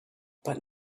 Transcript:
but